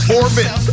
orbit